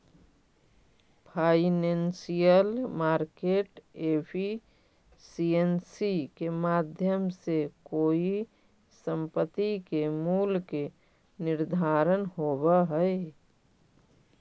financial market efficiency के माध्यम से कोई संपत्ति के मूल्य के निर्धारण होवऽ हइ